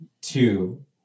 two